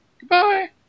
Goodbye